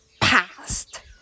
past